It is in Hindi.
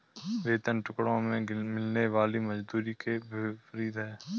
वेतन टुकड़ों में मिलने वाली मजदूरी के विपरीत है